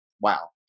Wow